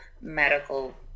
medical